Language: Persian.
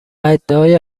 ادعای